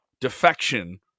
defection